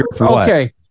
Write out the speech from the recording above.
Okay